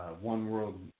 one-world